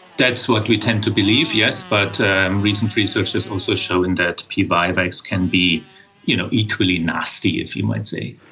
that's what we tend to believe, yes, but recent research has also shown that p vivax can be you know equally nasty, you might say.